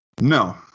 No